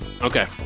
Okay